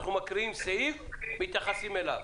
אנחנו מקריאים סעיף ומתייחסים אליו.